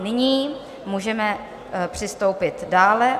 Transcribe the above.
Nyní můžeme přistoupit dále.